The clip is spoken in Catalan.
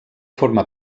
forma